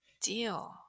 Deal